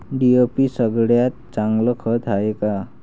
DAP सगळ्यात चांगलं खत हाये का?